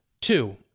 Two